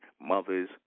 mothers